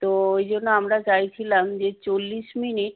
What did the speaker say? তো ওই জন্য আমরা চাইছিলাম যে চল্লিশ মিনিট